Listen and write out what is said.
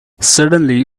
suddenly